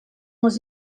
les